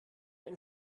ein